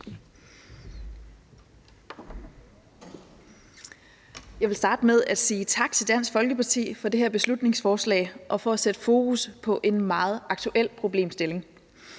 Jeg vil starte med at sige tak til Dansk Folkeparti for det her beslutningsforslag og for at sætte fokus på en meget aktuel problemstilling.